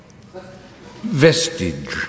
Vestige